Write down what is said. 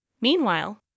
Meanwhile